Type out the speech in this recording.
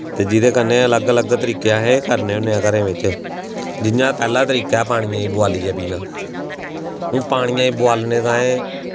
ते जेह्दे कन्ने अलग अलग तरीके अस करने होन्ने आं घरे बिच्च जि'यां पैह्ला तरीका ऐ पानियै गी बोआलियै पीना हून पानियै गी बोआलने ताहीं